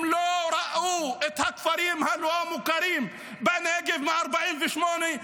הם לא ראו את הכפרים הלא-מוכרים בנגב מ-1948.